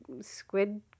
squid